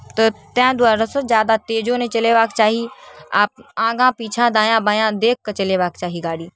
तऽ ताहि दुआरे से ज्यादा तेजो नहि चलेबाक चाही आ आगाँ पीछाँ दायाँ बायाँ देखि कऽ चलेबाक चाही गाड़ी